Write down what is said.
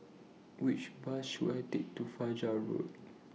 Which Bus should I Take to Fajar Road